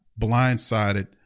blindsided